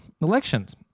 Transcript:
elections